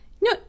No